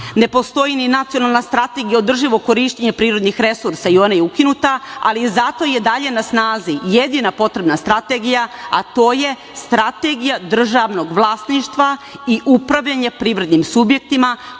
Ne postoji ni nacionalna strategija održivog korišćenja prirodnih resursa i ona je ukinuta, ali je zato i dalje na snazi jedina potrebna strategija a to je Strategija državnog vlasništva i upravljanje privrednim subjektima